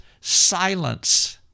silence